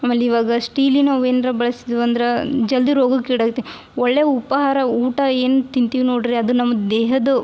ಆಮೇಲೆ ಇವಾಗ ಸ್ಟೀಲಿನವು ಏನರ ಬಳ್ಸಿದೀವಿ ಅಂದ್ರೆ ಜಲ್ದಿ ರೋಗಕ್ಕೆ ಈಡಾಗತ್ತೆ ಒಳ್ಳೆಯ ಉಪಾಹಾರ ಊಟ ಏನು ತಿಂತೀವಿ ನೋಡಿರಿ ಅದು ನಮ್ಮ ದೇಹದ್ದು